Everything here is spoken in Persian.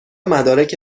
مدارک